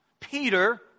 Peter